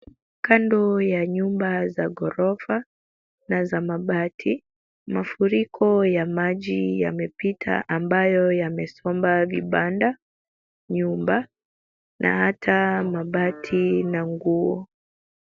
Kando ya nyumba za ghorofa na za mabati, mafuriko ya maji yamepita ambayo yamesomba vibanda , nyumba na hata mabati na nguo.